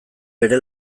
bere